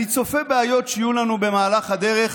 אני צופה בעיות שיהיו לנו במהלך הדרך,